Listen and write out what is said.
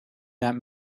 that